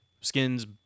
Skins